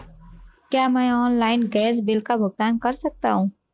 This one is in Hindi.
क्या मैं ऑनलाइन गैस बिल का भुगतान कर सकता हूँ?